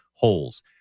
holes